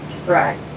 Right